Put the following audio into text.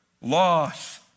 loss